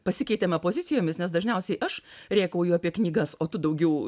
pasikeitėme pozicijomis nes dažniausiai aš rėkauju apie knygas o tu daugiau